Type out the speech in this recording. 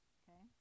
okay